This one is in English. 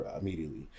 immediately